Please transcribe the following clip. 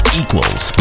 equals